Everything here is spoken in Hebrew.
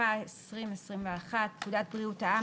התשפ"א 2021 פקודת בריאות העם,